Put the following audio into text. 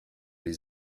les